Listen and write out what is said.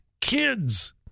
kids